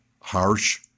harsh